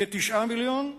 כ-9 מיליונים,